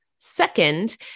second